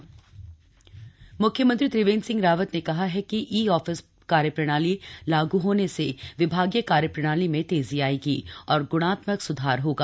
software श्भारंभ म्ख्यमंत्री त्रिवेन्द्र सिंह रावत ने कहा है कि ई आफिस कार्यप्रणाली लाग् होने से विभागीय कार्यप्रणाली में तेजी आयेगी और ग्णात्मक सुधार होगा